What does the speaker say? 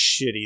shitty